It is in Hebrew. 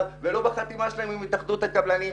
ולא בחתימה שלהם עם התאחדות הקבלנים,